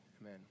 Amen